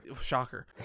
Shocker